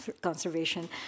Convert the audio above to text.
conservation